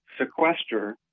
sequester